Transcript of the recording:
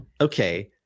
okay